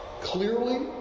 Clearly